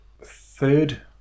third